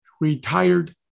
retired